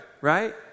right